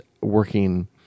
working